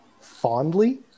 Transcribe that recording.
fondly